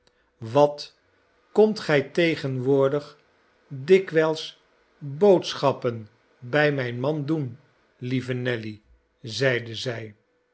wat komt gij tegenwoordig dikwijls boodschappen bij mijn man doen lieve nelly zeide zij